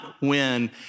win